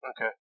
Okay